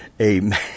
Amen